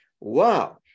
wow